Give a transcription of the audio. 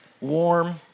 warm